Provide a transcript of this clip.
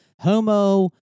Homo